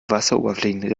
wasseroberflächen